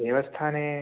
देवस्थाने